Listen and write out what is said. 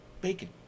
bacon